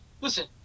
listen